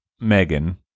Megan